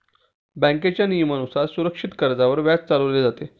बँकेच्या नियमानुसार सुरक्षित कर्जावर व्याज चालवले जाते